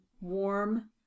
warm